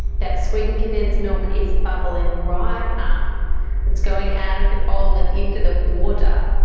that sweetened condensed milk is bubbling right up that's going out of the bowl and into the water.